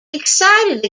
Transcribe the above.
excited